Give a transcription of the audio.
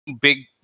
big